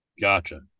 Gotcha